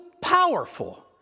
powerful